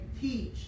teach